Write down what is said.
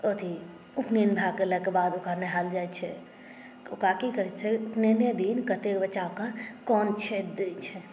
अथी उपनयन भऽ गेलाके बाद ओकरा नहायल जाइत छै ओकरा की करैत छै उपनयने दिन कतेक बच्चाकेँ कान छेदि दैत छै